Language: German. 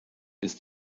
ist